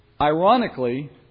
Ironically